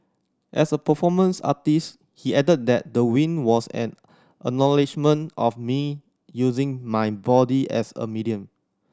as a performance artist he added that the win was an acknowledgement of me using my body as a medium